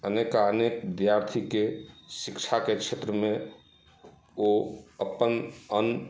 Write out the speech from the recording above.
अनेका अनेक विद्यार्थीके शिक्षाके क्षेत्रमे ओ अपन अन्न